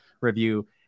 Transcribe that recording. review